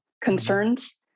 Concerns